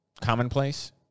commonplace